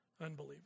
unbelievable